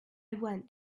went